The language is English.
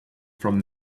from